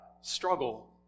struggle